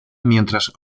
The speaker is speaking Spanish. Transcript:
mientras